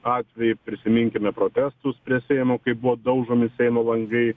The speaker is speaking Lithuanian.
atvejį prisiminkime protestus prie seimo kai buvo daužomi seimo langai